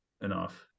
enough